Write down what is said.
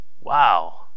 Wow